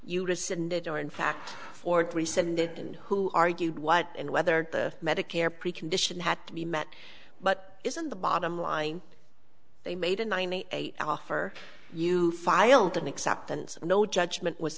it and who argued what and whether the medicare precondition had to be met but isn't the bottom line they made a ninety eight offer you filed an acceptance and no judgment was